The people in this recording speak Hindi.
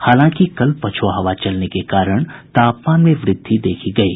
हालांकि कल पछुआ हवा चलने के कारण तापमान में वृद्धि देखी गयी